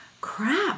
crap